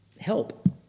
help